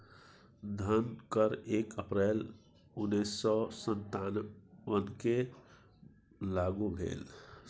धन कर एक अप्रैल उन्नैस सौ सत्तावनकेँ लागू भेल